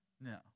No